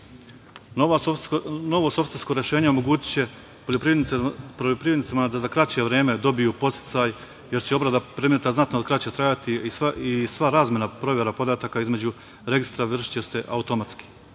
softversko rešenje omogućiće poljoprivrednicima da za kraće vreme dobiju podsticaj, jer će obrada predmeta znatno kraće trajati i sva razmena i provera podataka između registra vršiće se automatski.